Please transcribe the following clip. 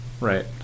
right